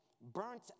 burnt